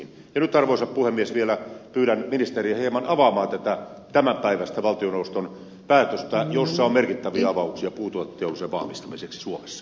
nyt arvoisa puhemies vielä pyydän ministeriä hieman avaamaan tätä tämänpäiväistä valtioneuvoston päätöstä jossa on merkittäviä avauksia puutuoteteollisuuden vahvistamiseksi suomessa